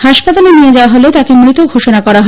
হাসপাতালে নিয়ে যাওয়া হলে তাঁকে মৃত ঘোষণা করা হয়